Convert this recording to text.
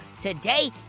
Today